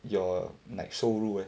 your like 收入 eh